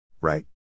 Right